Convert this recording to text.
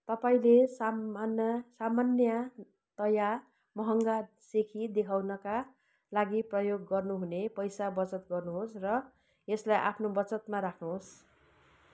तपाईँले सामान्य सामान्यतया महँगा सेकि देखाउनका लागि प्रयोग गर्नुहुने पैसा बचत गर्नुहोस् र यसलाई आफ्नो बचतमा राख्नुहोस्